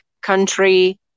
country